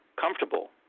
comfortable